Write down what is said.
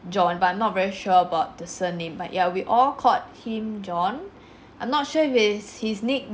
john but I'm not very sure about the surname but ya but we all called him john I'm not sure if it is his nick~